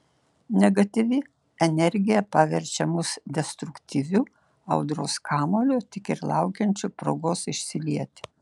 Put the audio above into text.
negatyvi energija paverčia mus destruktyviu audros kamuoliu tik ir laukiančiu progos išsilieti